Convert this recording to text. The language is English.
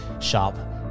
shop